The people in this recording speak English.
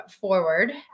forward